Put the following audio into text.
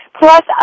plus